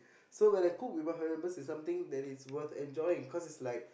so when I cook with my family members is something that is worth enjoying cause it's like